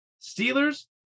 Steelers